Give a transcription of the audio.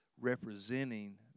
representing